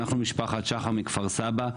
אנחנו משפחת שחר מכפר סבא,